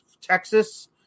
Texas